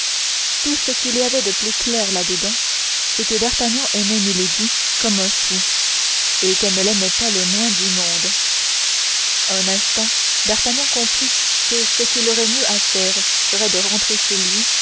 tout ce qu'il y avait de plus clair là-dedans c'est que d'artagnan aimait milady comme un fou et qu'elle ne l'aimait pas le moins du monde un instant d'artagnan comprit que ce qu'il aurait de mieux à faire serait de rentrer chez lui